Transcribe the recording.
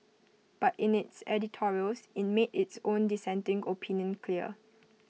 but in its editorials IT made its own dissenting opinion clear